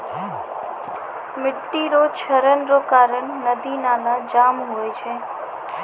मिट्टी रो क्षरण रो कारण नदी नाला जाम हुवै छै